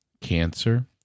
cancer